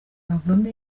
havamo